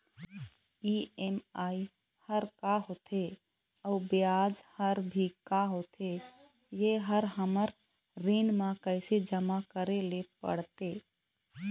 EMI हर का होथे अऊ ब्याज हर भी का होथे ये हर हमर ऋण मा कैसे जमा करे ले पड़ते?